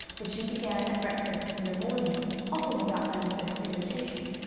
which he began at breakfast in the morning often with manifest irritation,